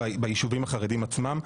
ביישובים החרדיים עצמם.